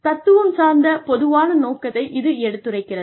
தத்துவம் சார்ந்த பொதுவான நோக்கத்தை இது எடுத்துரைக்கிறது